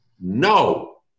No